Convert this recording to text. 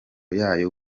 yayo